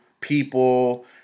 people